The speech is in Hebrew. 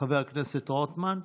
חבר הכנסת רוטמן,